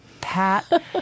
pat